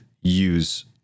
use